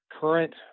current